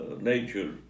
nature